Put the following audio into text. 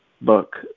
book